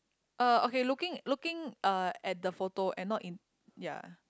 uh okay looking looking uh at the photo and not in ya